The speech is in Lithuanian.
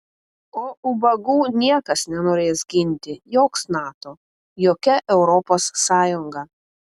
o ubagų niekas nenorės ginti joks nato jokia europos sąjunga